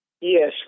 Yes